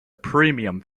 premium